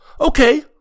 Okay